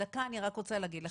אני רק רוצה להגיד,